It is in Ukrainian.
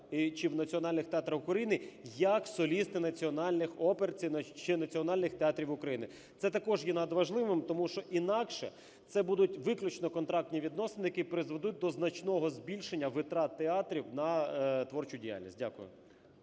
чи в національних театрах України як солісти національних опер чи національних театрів України. Це також є надважливим, тому що інакше це будуть виключно контрактні відносини, які призведуть до значного збільшенні витрат театрів на творчу діяльність. Дякую.